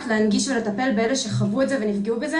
להנגיש ולטפל באלה שחוו את זה ונפגעו בזה,